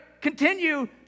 Continue